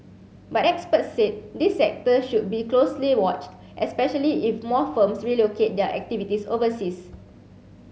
but experts said this sector should be closely watched especially if more firms relocate their activities overseas